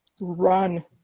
run